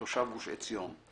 תושב גוש עציון.